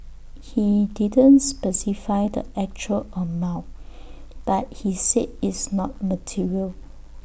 he didn't specify the exact amount but he said it's not material